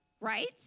right